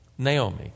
Naomi